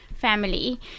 family